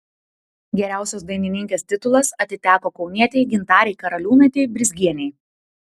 geriausios dainininkės titulas atiteko kaunietei gintarei karaliūnaitei brizgienei